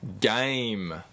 game